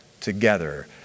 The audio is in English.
together